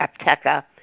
Apteka